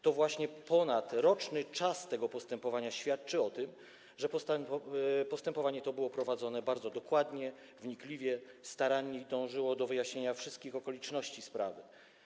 To właśnie trwający ponad rok czas trwania tego postępowania świadczy o tym, że postępowanie to było prowadzone bardzo dokładnie, wnikliwie, starannie i dążyło do wyjaśnienia wszystkich okoliczności sprawy.